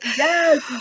yes